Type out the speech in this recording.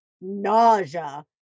nausea